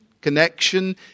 connection